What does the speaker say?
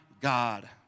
God